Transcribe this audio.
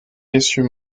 essieux